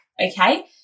okay